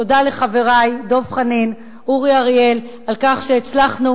תודה לחברי דב חנין ואורי אריאל על כך שהצלחנו